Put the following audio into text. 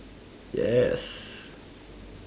yes